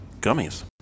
gummies